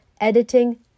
editing